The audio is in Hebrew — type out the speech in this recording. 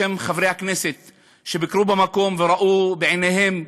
בשם חברי הכנסת שביקרו במקום וראו בעיניהם,